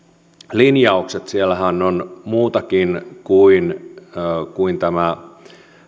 linjauksissahan on muutakin kuin kuin tämä